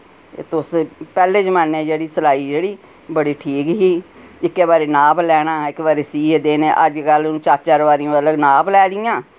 तुस पैह्ले जमाने जेह्ड़ी सलाई जेह्ड़ी बड़ी ठीक ही इक्कै बारी नाप लैना इक बारी सीऐ देने अजकल हुन चार चार बारी मतलब नाप लैंदियां